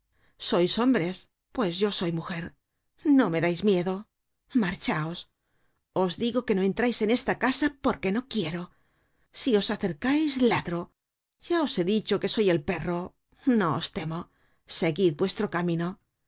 sois hombres pues yo soy mujer no me dais miedo marchaos os digo que no entrais en esta casa porque no quiero si os acercais ladro ya os he dicho que soy el perro no os temo seguid vuestro camino me